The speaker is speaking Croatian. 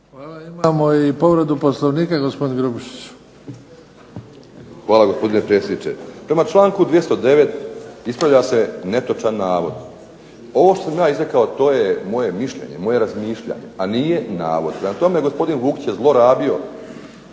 Hvala. Imamo i povredu Poslovnika, gospodin Grubišić. **Grubišić, Boro (HDSSB)** Hvala, gospodine predsjedniče. Prema članku 209. ispravlja se netočan navod. Ovo što sam ja izrekao to je moje mišljenje, moje razmišljanje, a nije navod. Prema tome, gospodin Vukić je zlorabio